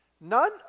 None